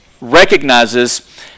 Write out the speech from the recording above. recognizes